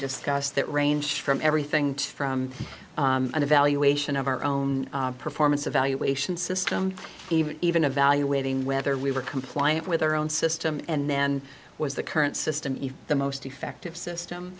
discussed that range from everything from an evaluation of our own performance evaluation system even evaluating whether we were compliant with our own system and then was the current system even the most effective system